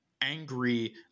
angry